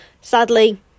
Sadly